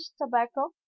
tobacco